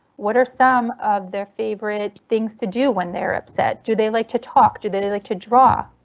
what are some of their favorite things to do when they're upset? do they like to talk? do they like to draw?